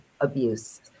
Abuse